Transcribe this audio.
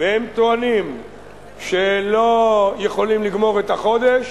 והם טוענים שהם לא יכולים לגמור את החודש,